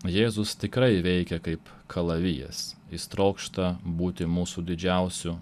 jėzus tikrai veikia kaip kalavijas jis trokšta būti mūsų didžiausiu